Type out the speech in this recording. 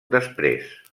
després